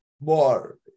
more